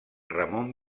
ramon